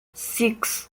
six